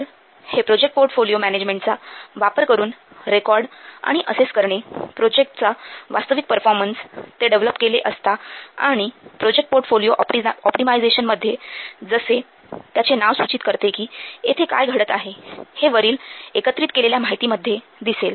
तर ते project portfolio मॅनेजमेंटचा वापर करून रेकॉर्ड आणि असेस करणे प्रोजेक्टचा वास्तविक परफॉर्मन्स ते डेव्हलप केले असता आणि प्रोजेक्ट पोर्टफोलिओ ऑप्टिमायझेशनमध्ये जसे त्याचे नाव सूचित करते कि येथे काय घडत आहे हे वरील एकत्रित केलेल्या माहिती मध्ये दिसेल